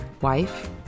wife